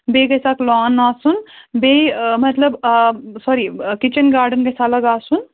بیٚیہِ گژھِ اَکھ لان آسُن بیٚیہِ مطلب آ سوٚری کِچَن گارڈَن گژھِ الگ آسُن